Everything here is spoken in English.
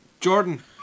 Jordan